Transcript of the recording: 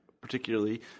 particularly